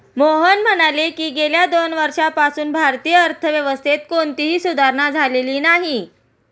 मोहन म्हणाले की, गेल्या दोन वर्षांपासून भारतीय अर्थव्यवस्थेत कोणतीही सुधारणा झालेली नाही